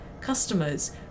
customers